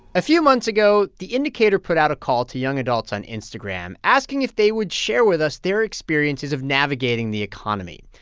a few months ago, the indicator put out a call to young adults on instagram asking if they would share with us their experiences of navigating the economy.